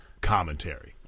commentary